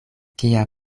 kia